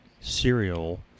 cereal